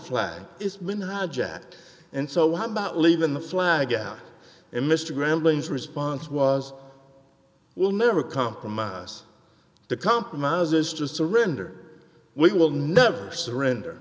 flag is when hijacked and so how about leaving the flag out and mr grambling response was will never compromise the compromise is to surrender we will never surrender